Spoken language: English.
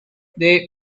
they